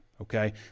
Okay